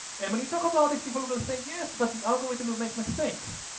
and when you talk about these people will say yes, but the algorithm will make mistakes.